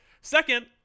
Second